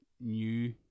new